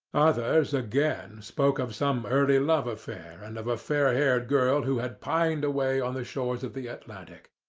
others, again, spoke of some early love affair, and of a fair-haired girl who had pined away on the shores of the atlantic.